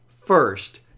First